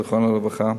זיכרונו לברכה,